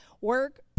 work